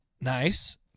Nice